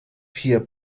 vier